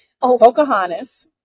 Pocahontas